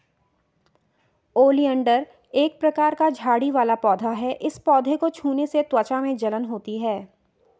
oleander एक प्रकार का झाड़ी वाला पौधा है इस पौधे को छूने से त्वचा में जलन होती है